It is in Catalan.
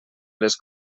les